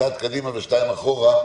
צעד קדימה ושתיים אחורה.